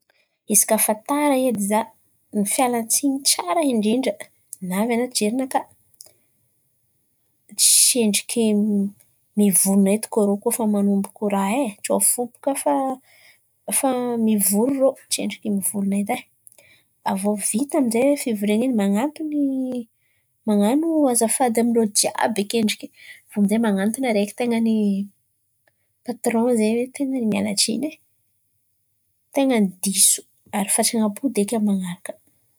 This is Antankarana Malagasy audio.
Izy kà efa tara edy izaho, ny fialan-tsin̈y tsara indrindra navy an̈aty jerinakà? Tsendriky mivolan̈a edy irô kôa efa man̈omboko ràha e, tsao fo bokà fa efa nivory irô, tsendriky mivolan̈a edy e. Avy iô vita amin'izay fivorian̈a in̈y man̈aton̈o man̈ano azafady amin'ôlo jiàby akendriky. Avy iô amin'izay man̈aton̈o araiky ten̈a ny patron zen̈y mialatsin̈y e, ten̈a ny diso ary efa tsy han̈ampody eky amin'ny man̈araka.